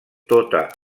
tota